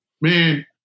man